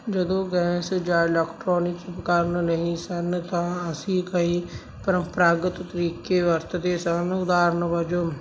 ਜਦੋਂ ਗੈਸ ਜਾਂ ਇਲੈਕਟ੍ਰੋਨਿਕ ਉਪਕਰਨ ਨਹੀਂ ਸਨ ਤਾਂ ਅਸੀਂ ਕਈ ਪਰੰਪਰਾਗਤ ਤਰੀਕੇ ਵਰਤਦੇ ਸਨ ਉਦਾਹਰਨ ਵਜੋਂ